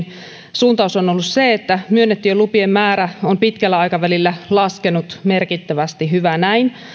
suuntaus on on ollut se että myönnettyjen lupien määrä on pitkällä aikavälillä laskenut merkittävästi hyvä näin